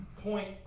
point